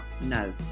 no